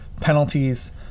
Penalties